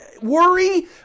worry